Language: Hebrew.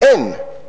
אין.